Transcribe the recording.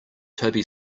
toby